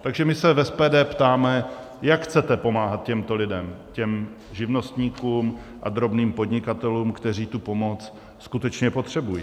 Takže my se v SPD ptáme jak chcete pomáhat těmto lidem, těm živnostníkům a drobným podnikatelům, kteří tu pomoc skutečně potřebují?